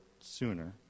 sooner